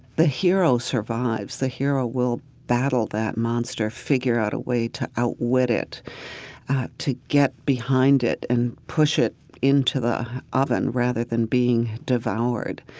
the hero survives. the hero will battle that monster figure out a way to outwit it to get behind it and push it into the oven, rather than being devoured.